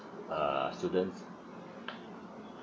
uh students